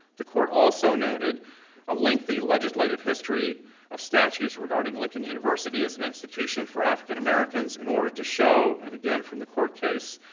the court also noted a lengthy legislative history of statutes regarding lincoln university as an institution for african americans in order to show, and again, from the court case,